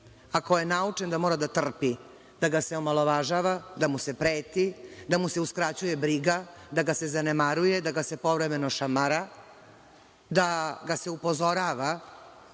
koji je naučen da mora da trpi, da ga se omalovažava, da mu se preti, da mu se uskraćuje briga, da ga se zanemaruje, da ga se povremeno šamara, da ga se upozorava